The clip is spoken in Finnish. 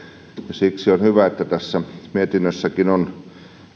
siksi on hyvä että tässä mietinnössäkin on